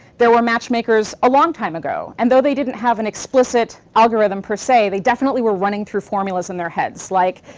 there were matchmakers a long time ago, and though they didn't have an explicit algorithm per se, they definitely were running through formulas in their heads, like,